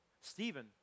Stephen